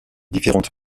différentes